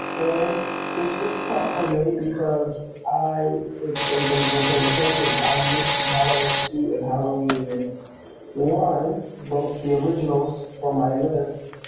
um this was tough for me because i if anybody's been paying attention, i miss in halloween and halloween one both the originals are my list